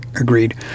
agreed